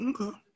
Okay